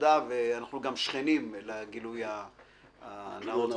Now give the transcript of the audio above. גילוי נאות,